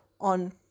on